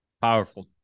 Powerful